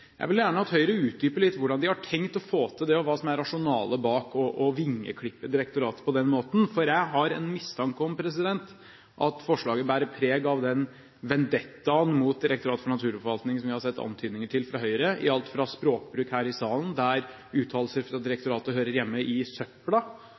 Jeg vil gjerne at Høyre utdyper litt hvordan de har tenkt å få til det, og hva som er rasjonalet bak å vingeklippe direktoratet på den måten. Jeg har en mistanke om at forslaget bærer preg av den vendettaen mot Direktoratet for naturforvaltning vi har sett antydninger til fra Høyre, i alt fra språkbruk her i salen, der uttalelser fra